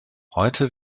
heute